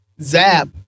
Zap